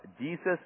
Jesus